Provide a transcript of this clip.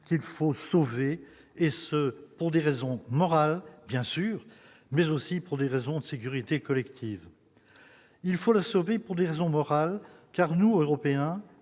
qu'il faut sauver et ce pour des raisons morales, bien sûr, mais aussi pour des raisons de sécurité collective il faut la sauver pour des raisons morales, car nous Européens